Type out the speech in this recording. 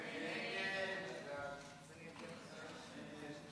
הסתייגות 19 לא